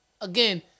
again